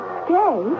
stay